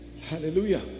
Hallelujah